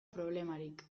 problemarik